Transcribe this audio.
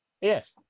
Yes